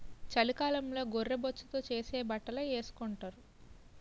చలికాలంలో గొర్రె బొచ్చుతో చేసే బట్టలే ఏసుకొంటారు